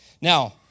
Now